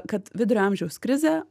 kad vidurio amžiaus krizė